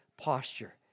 posture